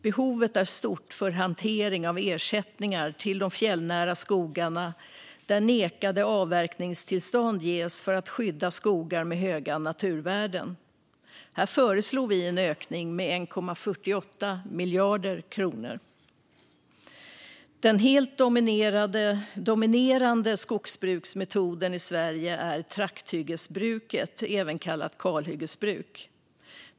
Behovet är stort när det gäller hantering av ersättningar i fråga om de fjällnära skogarna, där nekade avverkningstillstånd ges för att skydda skogar med höga naturvärden. Här föreslår vi en ökning med 1,48 miljarder kronor. Den helt dominerande skogsbruksmetoden i Sverige är trakthyggesbruk, även kallat kalhyggesbruk.